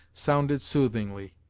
sounded soothingly.